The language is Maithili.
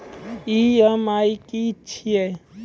ई.एम.आई की छिये?